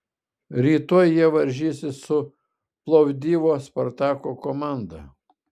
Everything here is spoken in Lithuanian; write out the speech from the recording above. rytoj jie varžysis su plovdivo spartako komanda